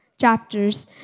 chapters